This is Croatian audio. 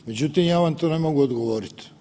Međutim, ja vam to ne mogu odgovorit.